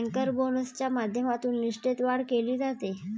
banker बोनसच्या माध्यमातून निष्ठेत वाढ केली जाते